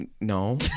No